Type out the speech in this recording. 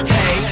Hey